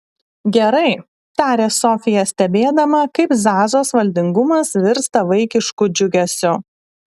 gerai tarė sofija stebėdama kaip zazos valdingumas virsta vaikišku džiugesiu